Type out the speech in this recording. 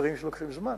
דברים שלוקחים זמן.